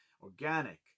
organic